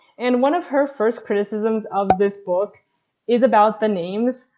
and one of her first criticisms of this book is about the names.